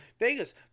Vegas